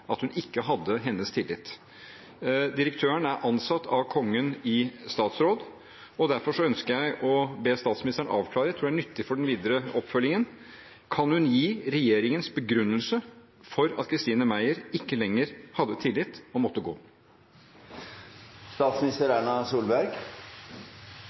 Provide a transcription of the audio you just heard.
at hun ikke hadde hennes tillit. Direktøren er ansatt av Kongen i statsråd. Derfor ønsker jeg å be statsministeren avklare – jeg tror det er nyttig for den videre oppfølgingen: Kan hun gi regjeringens begrunnelse for at Christine Meyer ikke lenger hadde tillit og måtte gå?